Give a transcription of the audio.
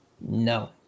No